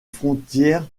frontière